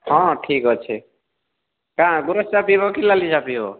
ହଁ ଠିକ୍ ଅଛେ କାଁ ଗୋରସ୍ ଚା' ପିଇବକି ଲାଲି ଚା' ପିଇବ